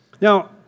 Now